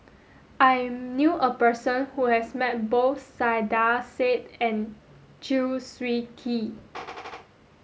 I knew a person who has met both Saiedah Said and Chew Swee Kee